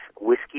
whiskey